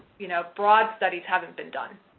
you know, broad studies haven't been done.